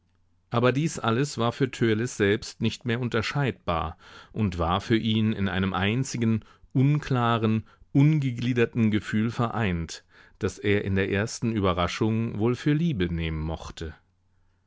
aber dies alles war für törleß selbst nicht mehr unterscheidbar und war für ihn in einem einzigen unklaren ungegliederten gefühl vereint das er in der ersten überraschung wohl für liebe nehmen mochte